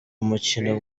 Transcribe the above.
umukino